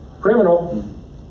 Criminal